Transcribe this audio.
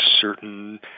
certain